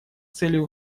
целью